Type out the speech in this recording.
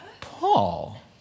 Paul